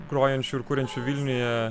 grojančių ir kuriančių vilniuje